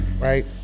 right